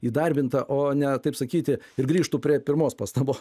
įdarbinta o ne taip sakyti ir grįžtu prie pirmos pastabos